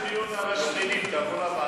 יש לנו דיון על השמנים, תבוא לוועדה.